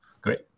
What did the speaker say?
great